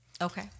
Okay